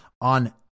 on